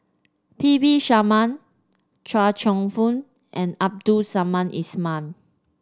P V Sharma Chia Cheong Fook and Abdul Samad Ismail